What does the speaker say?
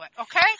Okay